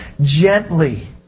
gently